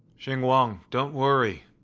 xinguang, don't worry.